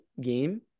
game